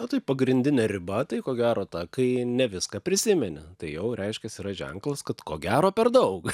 na tai pagrindinė riba tai ko gero ta kai ne viską prisimeni tai jau reiškiasi yra ženklas kad ko gero per daug